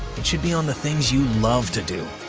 it should be on the things you love to do.